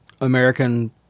American